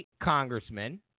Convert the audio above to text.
congressman